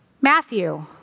Matthew